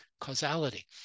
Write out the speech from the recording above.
causality